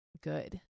good